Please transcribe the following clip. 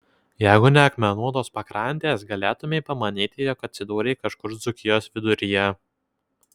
jeigu ne akmenuotos pakrantės galėtumei pamanyti jog atsidūrei kažkur dzūkijos viduryje